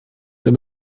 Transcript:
der